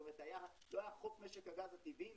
זאת אומרת לא היה חוק משק הגז הטבעי,